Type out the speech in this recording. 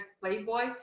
Playboy